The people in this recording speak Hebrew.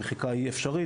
המחיקה היא אפשרית,